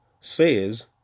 says